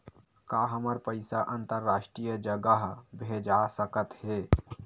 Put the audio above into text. का हमर पईसा अंतरराष्ट्रीय जगह भेजा सकत हे?